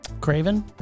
Craven